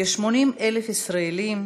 כ-80,000 ישראלים,